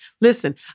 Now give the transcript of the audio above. Listen